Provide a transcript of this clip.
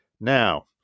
Now